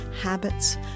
habits